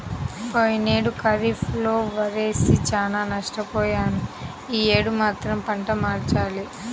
పోయినేడు ఖరీఫ్ లో వరేసి చానా నష్టపొయ్యాను యీ యేడు మాత్రం పంట మార్చాలి